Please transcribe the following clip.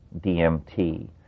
DMT